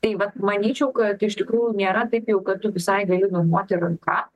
tai vat manyčiau kad iš tikrųjų nėra taip jau kad visai gali numoti ranka